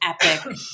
epic